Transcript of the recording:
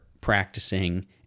practicing